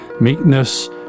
meekness